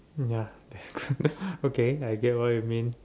ya that's true okay I get what you mean